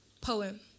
poem